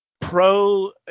Pro